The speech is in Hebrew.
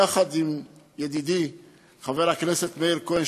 יחד עם ידידי חבר הכנסת מאיר כהן,